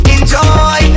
Enjoy